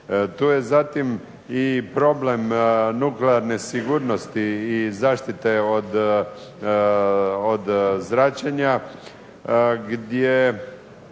Tu je zatim i problem nuklearne sigurnosti i zaštite od zračenja, gdje